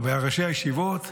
ראשי הישיבות,